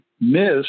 miss